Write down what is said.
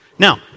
Now